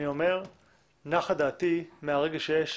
אני אומר שנחה דעתי מהרגע שיש